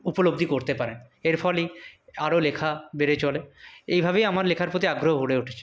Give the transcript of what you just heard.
উপলব্ধি করতে পারেন এর ফলেই আরও লেখা বেড়ে চলে এইভাবেই আমার লেখার প্রতি আগ্রহ গড়ে উঠেছে